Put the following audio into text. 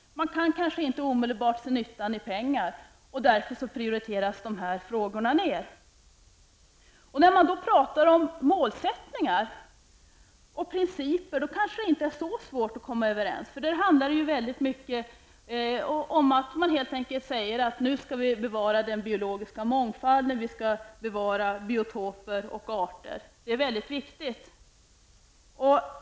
Man kanske inte omedelbart ser nyttan i pengar, och därför får dessa frågor en låg prioritet. När man talar om målsättningar och principer är det kanske inte så svårt att komma överens. Det handlar till stor del om att säga: Nu skall vi bevara den biologiska mångfalden, biotoper och arter, och det är mycket viktigt.